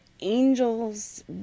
Angels